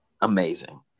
amazing